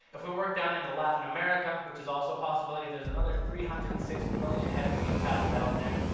if we work down into latin america which is also a possibility, there's another three hundred and six million head of beef cattle down there.